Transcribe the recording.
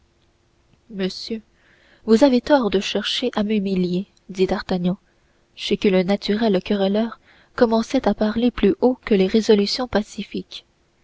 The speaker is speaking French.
monsieur vous avez tort de chercher à m'humilier dit d'artagnan chez qui le naturel querelleur commençait à parler plus haut que les résolutions pacifiques